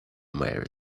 marry